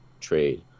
trade